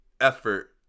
effort